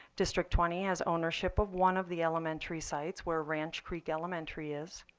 district twenty has ownership of one of the elementary sites, where ranch creek elementary is